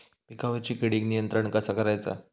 पिकावरची किडीक नियंत्रण कसा करायचा?